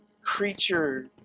creature